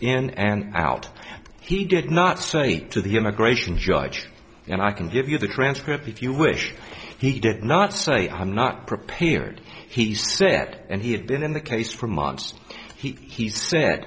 in and out he did not say to the immigration judge and i can give you the transcript if you wish he did not say i'm not prepared he said and he had been in the case for months he said